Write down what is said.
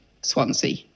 Swansea